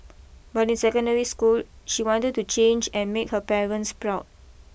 but in secondary school she wanted to change and make her parents proud